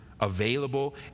available